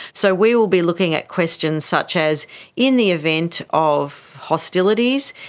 so we will be looking at questions such as in the event of hostilities,